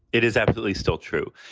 it is absolutely still true.